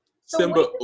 Simba